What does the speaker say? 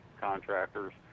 contractors